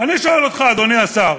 אני שואל אותך, אדוני השר,